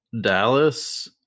Dallas